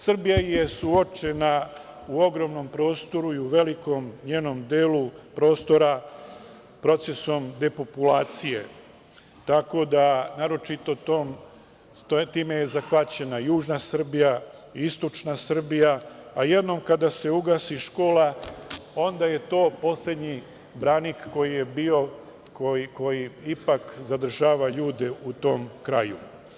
Srbija je suočena, u ogromnom prostoru i u njenom velikom delu prostora procesom depopulacije, naročito je time zahvaćena južna Srbija i istočna Srbija, a jednom kada se ugasi škola onda je to poslednji branik koji je bio, koji ipak zadržava ljude u tom kraju.